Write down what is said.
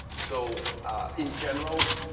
so in general,